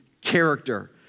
character